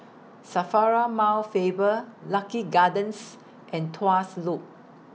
SAFRA Mount Faber Lucky Gardens and Tuas Loop